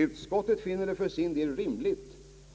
Utskottet finner det för sin del rimligt